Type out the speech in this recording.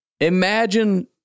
imagine